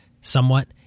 somewhat